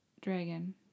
dragon